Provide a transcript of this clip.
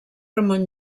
ramon